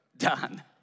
done